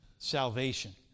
Salvation